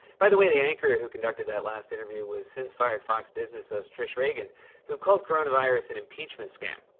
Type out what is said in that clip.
by the way, the anchor who conducted that last interview was since fired fox business host trish regan who called coronavirus an impeachment scam.